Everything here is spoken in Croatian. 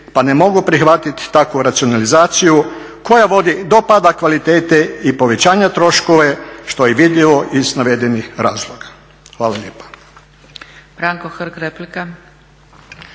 pa ne mogu prihvatiti takvu racionalizaciju koja vodi do pada kvalitete i povećanja troškova što je i vidljivo iz navedenih razloga. Hvala lijepa.